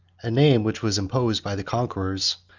a name which was imposed by the conquerors,